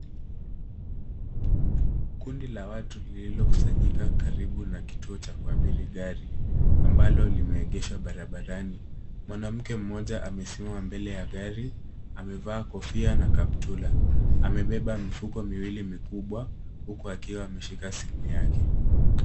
Kundi la watu lililokusanyika karibu na kituo cha kuabiri gari ambalo limeegeshwa barabarani. Mwanamke mmoja amesimama mbele ya gari, amevaa kofia na kaptula. Amebeba mifuko miwili mikubwa huku akiwa ameshika simu yake.